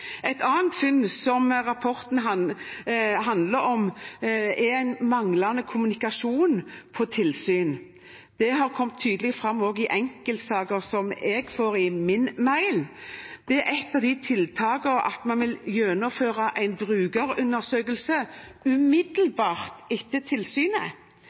Et annet funn i rapporten er manglende kommunikasjon på tilsyn. Det har kommet tydelig fram også i enkeltsaker som jeg får i min mail. Der er et av tiltakene at man vil gjennomføre en brukerundersøkelse umiddelbart etter tilsynet,